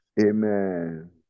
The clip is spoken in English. Amen